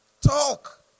Talk